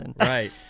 Right